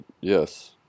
Yes